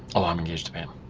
oh, i'm engaged to pam.